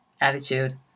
attitude